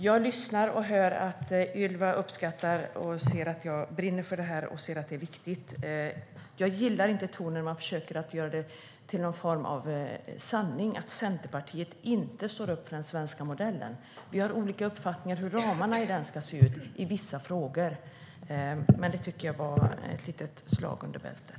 Jag lyssnar och hör att Ylva ser och uppskattar att jag brinner för det här och ser att det är viktigt. Jag gillar inte tonen när man försöker göra det till någon form av sanning att Centerpartiet inte står upp för den svenska modellen. Vi har olika uppfattningar om hur ramarna för den ska se ut i vissa frågor, men det tycker jag var lite av ett slag under bältet.